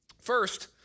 First